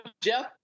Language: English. Jeff